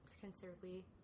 considerably